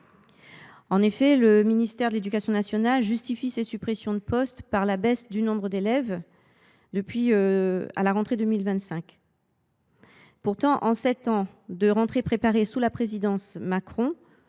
En effet, le ministère de l’éducation nationale justifie ces suppressions par la baisse du nombre d’élèves à la rentrée 2025. Pourtant, au cours des sept rentrées scolaires préparées sous la présidence Macron,